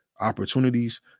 opportunities